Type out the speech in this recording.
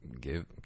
give